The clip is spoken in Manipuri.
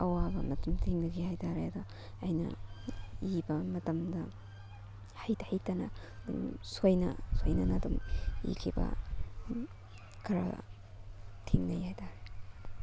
ꯑꯋꯥꯕ ꯑꯃ ꯁꯨꯝ ꯊꯦꯡꯅꯈꯤ ꯍꯥꯏ ꯇꯥꯔꯦ ꯑꯗꯣ ꯑꯩꯅ ꯏꯕ ꯃꯇꯝꯗ ꯍꯩꯇ ꯍꯩꯇꯅ ꯁꯣꯏꯅ ꯁꯣꯏꯅꯅ ꯑꯗꯨꯝ ꯏꯈꯤꯕ ꯈꯔ ꯊꯦꯡꯅꯩ ꯍꯥꯏ ꯇꯥꯔꯦ